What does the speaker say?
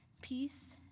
peace